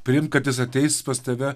priimt kad jis ateis pas tave